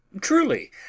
Truly